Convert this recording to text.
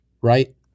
right